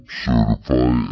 certify